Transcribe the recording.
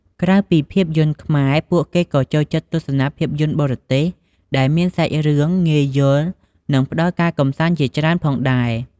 ក្រៅពីភាពយន្តខ្មែរ ពួកគេក៏ចូលចិត្តទស្សនាភាពយន្តបរទេស ដែលមានសាច់រឿងងាយយល់ និងផ្ដល់ការកម្សាន្តជាច្រើនផងដែរ។